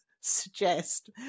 suggest